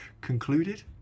Concluded